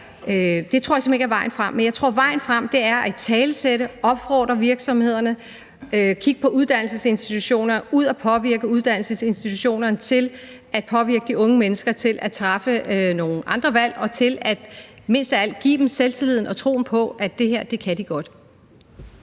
simpelt hen ikke er vejen frem. Men jeg tror, at vejen frem er at italesætte det, opfordre virksomhederne til det, kigge på og påvirke uddannelsesinstitutioner til at påvirke de unge mennesker til at træffe nogle andre valg og til mest af alt at give dem selvtilliden og troen på, at det her kan de godt.